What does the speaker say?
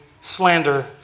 slander